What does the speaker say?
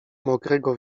mokrego